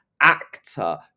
actor